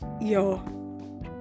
yo